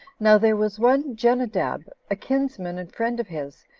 now there was one jenadab, a kinsman and friend of his,